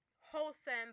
wholesome